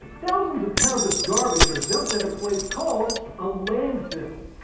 thousands of pounds of garbage are dumped at a place called a landfill.